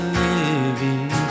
living